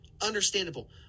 understandable